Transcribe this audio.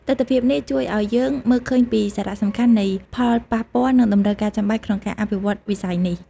ទិដ្ឋភាពនេះ ជួយឱ្យយើងមើលឃើញពីសារៈសំខាន់នៃផលប៉ះពាល់ និងតម្រូវការចាំបាច់ក្នុងការអភិវឌ្ឍន៍វិស័យនេះ។